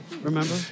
Remember